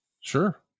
Sure